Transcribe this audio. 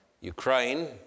Ukraine